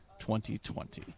2020